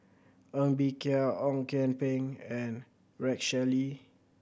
Ng Bee Kia Ong Kian Peng and Rex Shelley